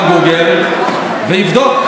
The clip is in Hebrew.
הכנסת אבוטבול, ראשונה.